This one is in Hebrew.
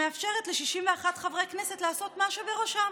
שמאפשרת ל-61 חברי כנסת לעשות מה שבראשם: